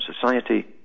society